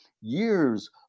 years